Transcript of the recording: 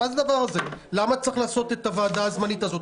למה צריך לעשות את הוועדה הזמנית הזאת?